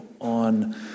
on